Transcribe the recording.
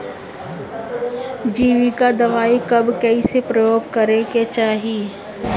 जैविक दवाई कब कैसे प्रयोग करे के चाही?